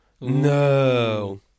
No